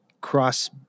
cross